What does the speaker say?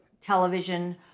television